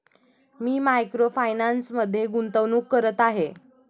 मी micro फायनान्समध्ये गुंतवणूक करत आहे